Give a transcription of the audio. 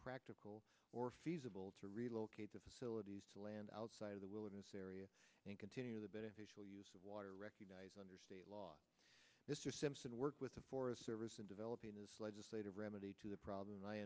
practical or feasible to relocate the facilities to land outside of the wilderness area and continue the beneficial use of water recognize under state law mr simpson worked with the forest service in developing this legislative remedy to the problem i